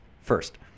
First